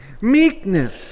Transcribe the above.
Meekness